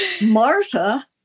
Martha